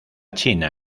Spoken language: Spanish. china